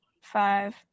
five